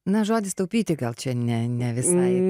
na žodis taupyti gal čia ne ne visai